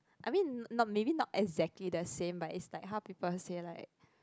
I mean not maybe not exactly the same but it's like how people say like